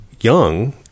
young